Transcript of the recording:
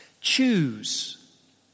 Choose